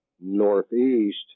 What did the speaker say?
northeast